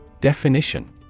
Definition